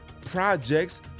projects